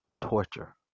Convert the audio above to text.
torture